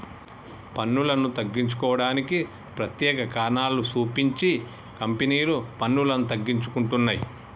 పన్నులను తగ్గించుకోవడానికి ప్రత్యేక కారణాలు సూపించి కంపెనీలు పన్నులను తగ్గించుకుంటున్నయ్